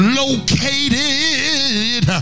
located